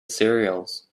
cereals